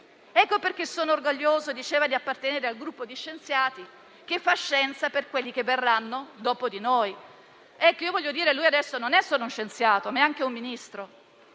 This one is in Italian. «Ecco perché sono orgoglioso - diceva - di appartenere al gruppo di scienziati che fa scienza per quelli che verranno dopo di noi». Egli non è solo uno scienziato, ma anche un Ministro,